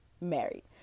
married